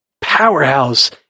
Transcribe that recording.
powerhouse